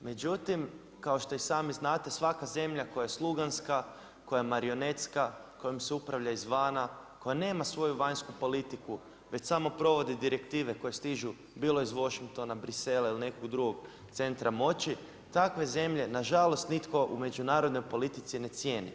međutim kao što i sami znate, svaka zemlja koja je sluganska, koja je marionetska, kojom se upravlja izvana, koja nema svoju vanjsku politiku, već samo provodi direktive koje stižu bilo iz Washingtona, Bruxellesa ili nekog drugog centra moći, takve zemlje nažalost, nitko u međunarodnoj politici ne cijeni.